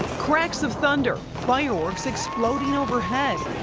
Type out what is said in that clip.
cracks of thunder, fireworks exploding overhead.